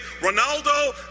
Ronaldo